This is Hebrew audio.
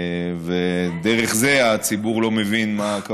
זה אני.